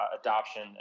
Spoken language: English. adoption